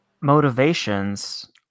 motivations